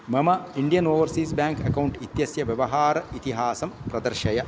मम इण्डियन् ओवर्सीस् बेङ्क् अकौण्ट् इत्यस्य व्यवहार इतिहासं प्रदर्शय